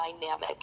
dynamic